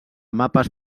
mapes